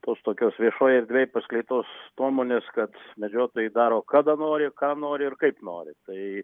tos tokios viešoj erdvėj paskleistos nuomonės kad medžiotojai daro kada nori ką nori ir kaip nori tai